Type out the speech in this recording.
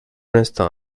l’instant